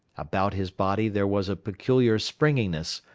about his body there was a peculiar springiness,